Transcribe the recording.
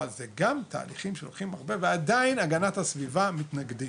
אבל אלו גם תהליכים שלוקחים הרבה זמן ועדיין הגנת הסביבה מתנגדים,